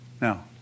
Now